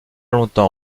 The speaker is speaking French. longtemps